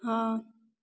हॅं